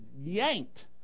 yanked